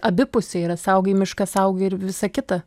abipusė yra saugai mišką saugai ir visa kita